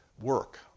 work